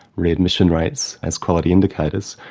re-admission rates as quality indicators.